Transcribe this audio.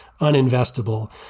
uninvestable